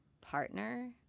partner